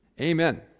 Amen